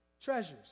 treasures